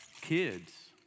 kids